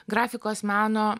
grafikos meno